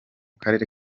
karere